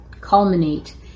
culminate